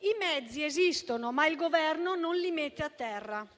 I mezzi esistono, ma il Governo non li mette a terra.